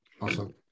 awesome